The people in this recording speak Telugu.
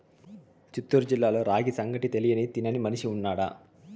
చిత్తూరు జిల్లాలో రాగి సంగటి తెలియని తినని మనిషి ఉన్నాడా